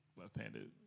left-handed